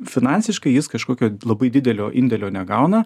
finansiškai jis kažkokio labai didelio indėlio negauna